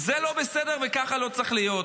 זה לא בסדר, וככה לא צריך להיות.